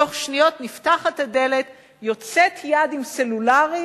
ובתוך שניות נפתחת הדלת ויוצאת יד עם סלולרי,